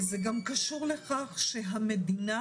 זה גם קשור לכך שהמדינה